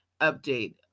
update